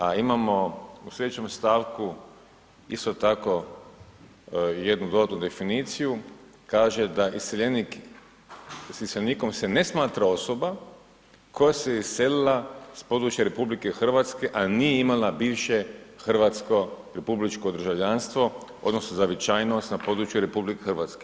A imamo u slijedećem stavku isto tako jednu … [[Govornik se ne razumije]] definiciju, kaže da iseljenik, da se iseljenikom ne smatra osoba koja se iselila s područja RH, a nije imala bivše hrvatsko republičko državljanstvo odnosno zavičajnost na području RH.